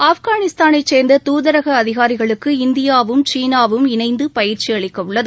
ஆஃப்கானிஸ்தானைச் சேர்ந்த தூதரக அதிகாரிகளுக்கு இந்தியாவும் சீனாவும் இணைந்து பயிற்சி அளிக்க உள்ளது